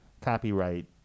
copyright